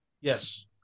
Yes